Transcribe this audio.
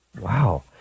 wow